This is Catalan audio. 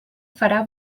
farà